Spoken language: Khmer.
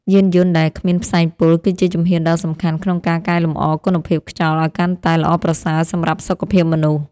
យានយន្តដែលគ្មានផ្សែងពុលគឺជាជំហានដ៏សំខាន់ក្នុងការកែលម្អគុណភាពខ្យល់ឱ្យកាន់តែល្អប្រសើរសម្រាប់សុខភាពមនុស្ស។